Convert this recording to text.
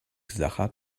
sacher